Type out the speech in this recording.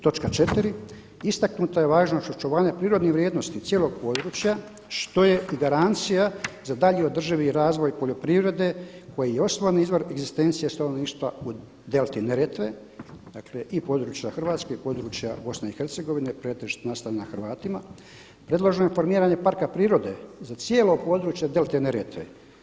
Točka 4. Istaknuta je važnost očuvanja prirodnih vrijednosti cijelog područja što je i garancija za dalji održivi razvoj poljoprivrede koji je osnovni izvor egzistencije stanovništva u Delti Neretve, dakle i područja Hrvatske i područja BiH pretežito nastanjeno Hrvatima, predloženo je formiranje parka prirode za cijelo područje Delte Neretve“